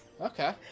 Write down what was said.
Okay